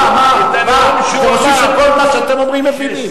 מה, אתם חושבים שכל מה שאתם אומרים מבינים?